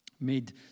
made